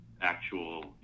actual